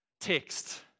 text